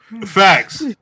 Facts